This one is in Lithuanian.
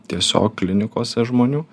tiesiog klinikose žmonių